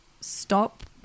stop